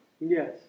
Yes